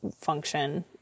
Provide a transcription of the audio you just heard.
function